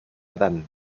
adán